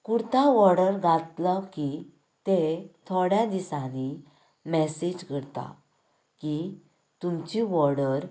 kurta order घातलो की ते थोड्या दिसांनी मेसेज करतात की तुमची ऑर्डर